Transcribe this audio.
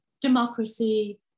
democracy